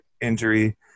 injury